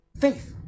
faith